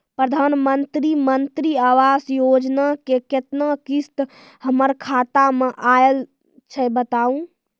प्रधानमंत्री मंत्री आवास योजना के केतना किस्त हमर खाता मे आयल छै बताबू?